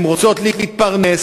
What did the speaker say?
הן רוצות להתפרנס,